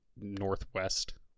northwest